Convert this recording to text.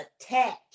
attached